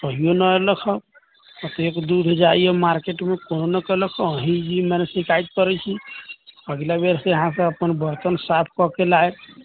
कहियो नहि अयलक हँ कतेक दूध जाइए मार्केटमे कोनो नहि कयलक एहि जे मने शिकायत करैत छी अगिला बेर से अहाँ सभ अपन बर्तन साफ कऽ के लाएब